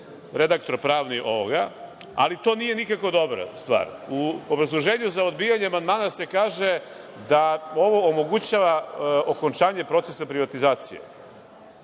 redaktor pravni ovoga, ali to nije nikako dobra stvar.U obrazloženju za odbijanje amandmana se kaže da ovo omogućava okončanje procesa privatizacije,